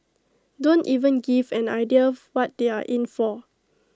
don't even give an idea what they are in for